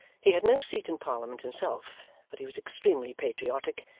he had no seat in parliament himself, but he was extremely patriotic,